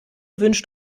wünscht